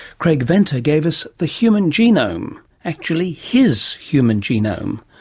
craig venter gave us the human genome, actually his human genome.